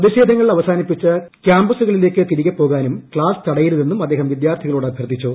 പ്രതിഷേധങ്ങൾ അവസാനിപ്പിച്ച് ക്യാമ്പസുകളിലേക്ക് തിരികെ പോകാനും ക്സാസ് തടയരുതെന്നും അദ്ദേഹം വിദ്യാർത്ഥികളോട് അഭ്യർത്ഥിച്ചു